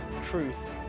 truth